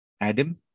Adam